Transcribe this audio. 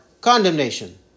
condemnation